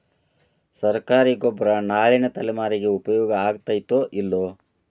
ಸರ್ಕಾರಿ ಗೊಬ್ಬರ ನಾಳಿನ ತಲೆಮಾರಿಗೆ ಉಪಯೋಗ ಆಗತೈತೋ, ಇಲ್ಲೋ?